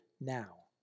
now